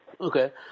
Okay